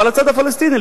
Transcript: אבל הצד הפלסטיני,